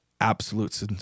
absolute